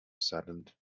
saddened